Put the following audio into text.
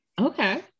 Okay